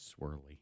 swirly